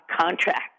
contract